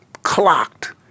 clocked